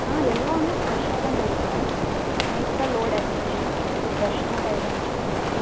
ஆ எல்லாமே ஃப்ரெஷ்ஷாக தாங்க இருக்கும் நேற்றுதான் லோடு இறங்குச்சு ஸோ ஃப்ரெஷ்ஷான காய்தான் வச்சுருப்போம் நாங்கள்